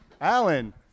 Alan